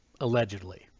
Allegedly